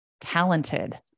talented